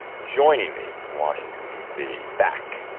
joining me in washington d c. back.